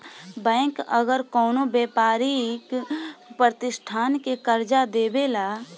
bank अगर कवनो व्यापारिक प्रतिष्ठान के कर्जा देवेला